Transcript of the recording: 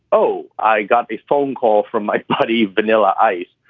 oh, i got a phone call from my buddy vanilla ice,